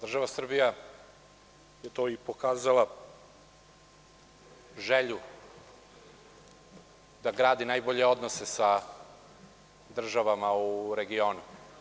Država Srbija je pokazala želju da gradi najbolje odnose sa državama u regionu.